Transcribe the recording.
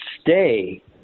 stay